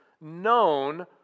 known